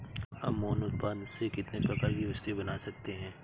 हम मोम उत्पाद से कितने प्रकार की वस्तुएं बना सकते हैं?